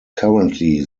currently